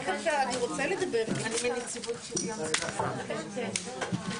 הישיבה ננעלה בשעה 15:50.